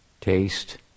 taste